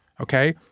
okay